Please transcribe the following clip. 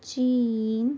چین